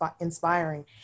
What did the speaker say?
inspiring